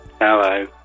Hello